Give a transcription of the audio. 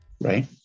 right